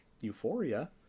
Euphoria